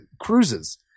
cruises